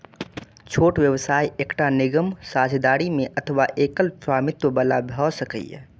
छोट व्यवसाय एकटा निगम, साझेदारी मे अथवा एकल स्वामित्व बला भए सकैए